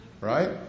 right